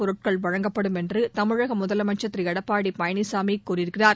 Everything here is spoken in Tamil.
பொருட்கள் வழங்கப்படும் என்று தமிழக முதலமைச்சள் திரு எடப்பாடி பழனிசாமி கூறியிருக்கிறார்